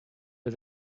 der